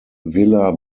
vila